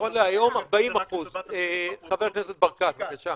נכון להיום 40%. חבר הכנסת ברקת, בבקשה.